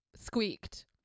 squeaked